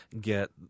get